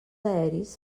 aeris